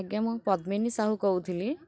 ଆଜ୍ଞା ମୁଁ ପଦ୍ମିନୀ ସାହୁ କହୁଥିଲି